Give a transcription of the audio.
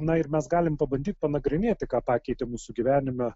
na ir mes galim pabandyt panagrinėti ką pakeitė mūsų gyvenime